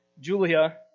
Julia